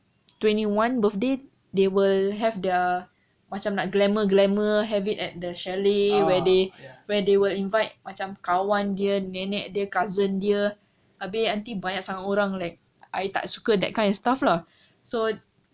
twenty one birthday they will have their macam nak glamour glamour have it at the chalet where they where they will invite macam kawan dia nenek dia cousin dia abeh nanti banyak sangat orang like I tak suka that kind of stuff lah